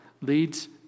leads